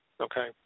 Okay